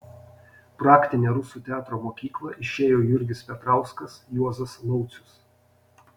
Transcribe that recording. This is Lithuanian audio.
praktinę rusų teatro mokyklą išėjo jurgis petrauskas juozas laucius